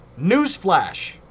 newsflash